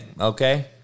Okay